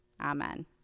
Amen